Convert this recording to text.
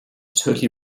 totally